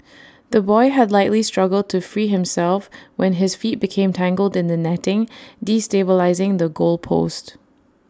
the boy had likely struggled to free himself when his feet became tangled in the netting destabilising the goal post